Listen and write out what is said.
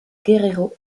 guerrero